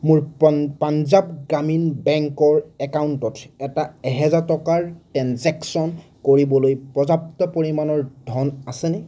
মোৰ পন পাঞ্জাৱ গ্ৰামীণ বেংকৰ একাউণ্টত এটা এহেজাৰ টকাৰ ট্ৰেঞ্জেকশ্য়ন কৰিবলৈ পৰ্য্য়াপ্ত পৰিমাণৰ ধন আছেনে